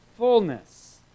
Fullness